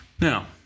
Now